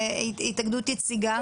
התאגדות יציגה?